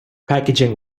packaging